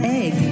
egg